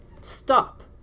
stop